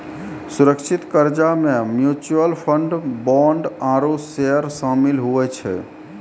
सुरक्षित कर्जा मे म्यूच्यूअल फंड, बोंड आरू सेयर सामिल हुवै छै